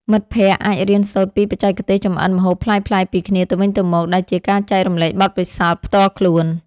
មិត្តភក្តិអាចរៀនសូត្រពីបច្ចេកទេសចម្អិនម្ហូបប្លែកៗពីគ្នាទៅវិញទៅមក ដែលជាការចែករំលែកបទពិសោធន៍ផ្ទាល់ខ្លួន។